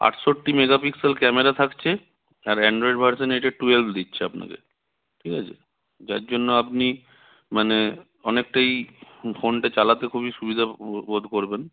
আটষট্টি megapixel camera থাকছে আর অ্যান্ড্রয়েড ভার্সান এটা টুয়েলভ দিচ্ছে আপনাকে ঠিক আছে যার জন্য আপনি মানে অনেকটাই ফোনটা চালাতে খুবই সুবিধা বো বোধ করবেন